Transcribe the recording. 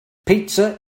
pizza